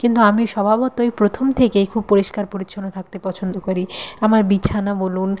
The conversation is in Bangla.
কিন্তু আমি স্বভাবতই প্রথম থেকেই খুব পরিষ্কার পরিচ্ছন্ন থাকতে পছন্দ করি আমার বিছানা বলুন